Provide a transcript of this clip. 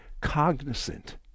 cognizant